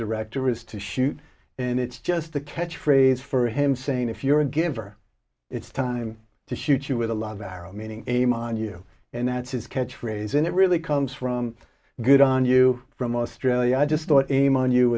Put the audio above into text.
director is to shoot and it's just a catchphrase for him saying if you're a giver it's time to shoot you with a lot of arrow meaning aim on you and that's his catchphrase and it really comes from good on you from australia i just thought a